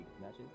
matches